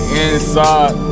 inside